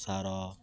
ସାର